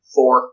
Four